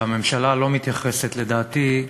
שהממשלה לא מתייחסת, לדעתי,